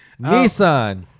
Nissan